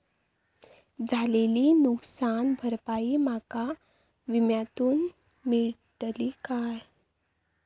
झालेली नुकसान भरपाई माका विम्यातून मेळतली काय?